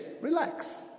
relax